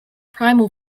primal